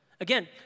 Again